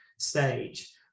stage